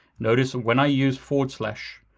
notice when i use forward slash,